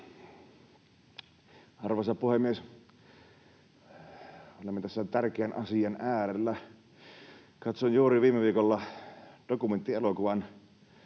Arvoisa puhemies! Olemme tässä tärkeän asian äärellä. Katsoin juuri viime viikolla dokumenttielokuvan